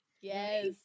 Yes